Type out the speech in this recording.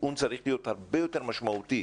הטיעון צריך להיות הרבה יותר משמעותי.